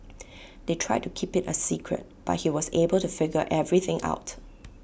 they tried to keep IT A secret but he was able to figure everything out